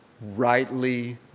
rightly